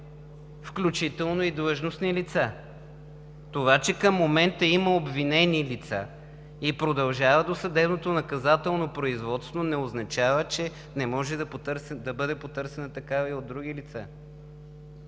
включително и длъжностни лица. Това, че към момента има обвинени лица и продължава досъдебното наказателно производство, не означава, че не може да бъде потърсена такава и от други лица.